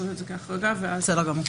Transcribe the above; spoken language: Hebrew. בסדר גמור.